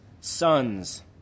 sons